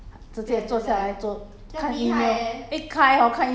then after that 你你就你的 work 你就 neglect 所以不要